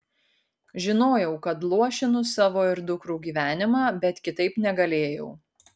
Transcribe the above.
žinojau kad luošinu savo ir dukrų gyvenimą bet kitaip negalėjau